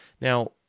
Now